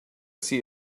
see